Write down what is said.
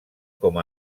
com